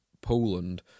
Poland